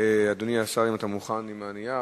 אדוני השר, אם אתה מוכן עם הנייר,